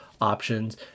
options